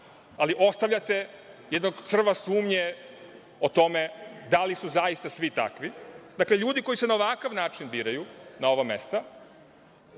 ali ostavljate jednog crva sumnje o tome da li su zaista svi takvi. Dakle, ljudi koji se na ovakav način biraju na ova mesta,